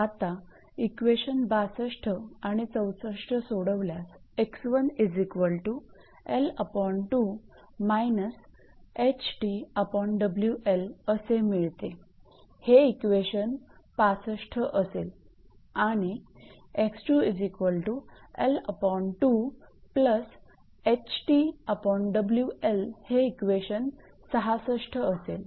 आता इक्वेशन 62 आणि 64 सोडवल्यास असे मिळते हे इक्वेशन 65 असेल आणि हे इक्वेशन 66 असेल